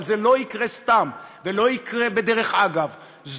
אבל זה לא יקרה סתם ולא יקרה בדרך אגב,